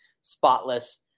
spotless